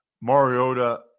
Mariota